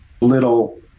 Little